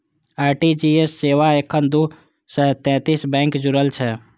RTGS सेवा सं एखन दू सय सैंतीस बैंक जुड़ल छै